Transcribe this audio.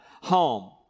home